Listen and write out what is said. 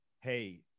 hey